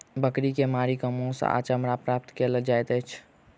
बकरी के मारि क मौस आ चमड़ा प्राप्त कयल जाइत छै